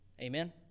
Amen